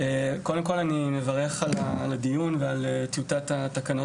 אני מברך על הדיון ועל טיוטת התקנות